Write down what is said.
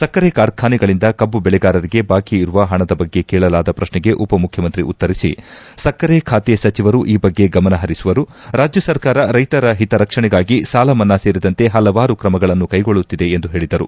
ಸಕ್ಕರೆ ಕಾರ್ಖಾನೆಗಳಿಂದ ಕಬ್ಬು ಬೆಳೆಗಾರರಿಗೆ ಬಾಕಿ ಇರುವ ಹಣದ ಬಗ್ಗೆ ಕೇಳಲಾದ ಪ್ರಶ್ನೆಗೆ ಉಪ ಮುಖ್ಯಮಂತ್ರಿ ಉತ್ತರಿಸಿ ಸಕ್ಕರೆ ಖಾತೆ ಸಚಿವರು ಈ ಬಗ್ಗೆ ಗಮನ ಹರಿಸುವರು ರಾಜ್ಯ ಸರ್ಕಾರ ರೈತರ ಹಿತರಕ್ಷಣೆಗಾಗಿ ಸಾಲ ಮನ್ನಾ ಸೇರಿದಂತೆ ಹಲವಾರು ಕ್ರಮಗಳನ್ನು ಕೈಗೊಳ್ಳುತ್ತಿದೆ ಎಂದು ಹೇಳಿದರು